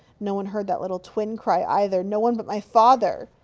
no one heard that little twin cry, either! no one but my father!